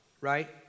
right